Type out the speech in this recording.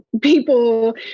people